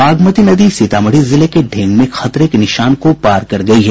बागमती नदी सीतामढ़ी जिले के ढेंग में खतरे के निशान को पार कर गयी है